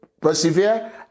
persevere